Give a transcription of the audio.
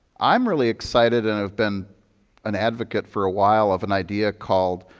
i'm really excited and i've been an advocate for a while of an idea called